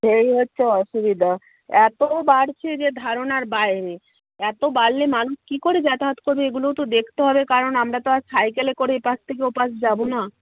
এই হচ্ছে অসুবিধা এত বাড়ছে যে ধারণার বাইরে এত বাড়লে মানুষ কী করে যাতায়াত করবে এগুলোও তো দেখতে হবে কারণ আমরা তো আর সাইকেলে করে এ পাশ থেকে ওপাশ যাব না